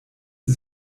sie